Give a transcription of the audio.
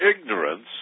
ignorance